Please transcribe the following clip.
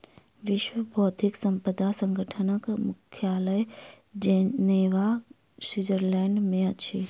विश्व बौद्धिक संपदा संगठनक मुख्यालय जिनेवा, स्विट्ज़रलैंड में अछि